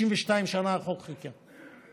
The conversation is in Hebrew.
62 שנה החוק חיכה.